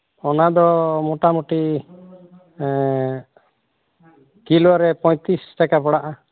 ᱚᱱᱟ ᱫᱚ ᱢᱚᱴᱟᱢᱩᱴᱤ ᱠᱤᱞᱳ ᱨᱮ ᱯᱚᱸᱭᱛᱨᱤᱥ ᱴᱟᱠᱟ ᱯᱟᱲᱟᱣᱚᱜᱼᱟ